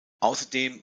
außerdem